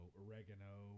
oregano